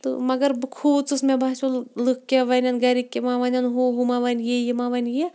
تہٕ مگر بہٕ کھوٗژٕس مےٚ باسیو لُکھ کیٛاہ وَنَن گَرِکۍ کیٛاہ وۄنۍ وَنن ہُہ ہُہ ما وَنہِ یی یہِ ما وَنہِ یہِ